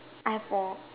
eye prob~